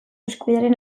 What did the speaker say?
eskubidearen